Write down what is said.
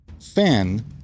fan